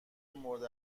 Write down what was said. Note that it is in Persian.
مورد